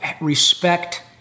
respect